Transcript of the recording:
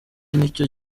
nicyo